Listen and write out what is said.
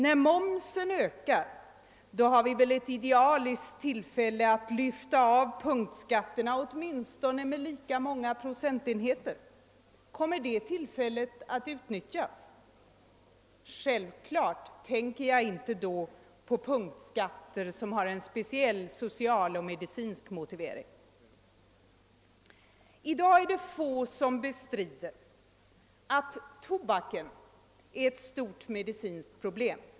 När momsen ökar har vi väl ett idealiskt tillfälle att lyfta av punktskatterna åtminstone med lika många procentenheter. Kommer det tillfället att utnyttjas? Självfallet tänker jag då inte på punktskatter som har en speciell social och medicinsk motivering. I dag är det få som bestrider att tobaken är ett stort medicinskt problem.